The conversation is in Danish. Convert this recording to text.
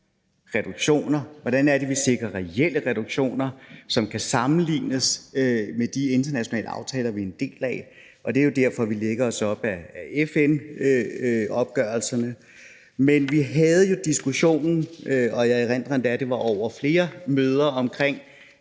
Hvordan er det, vi sikrer reelle reduktioner, som kan sammenlignes med de internationale aftaler, vi er en del af? Det er jo derfor, vi lægger os op ad FN-opgørelserne, men vi havde jo diskussionen, og jeg erindrer endda, at det var over flere møder, om,